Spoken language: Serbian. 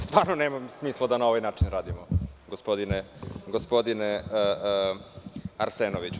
Stvarno nema smisla da na ovaj način radimo, gospodine Arsenoviću.